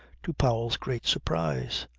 to powell's great surprise.